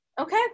Okay